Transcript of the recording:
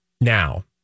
now